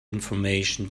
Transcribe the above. information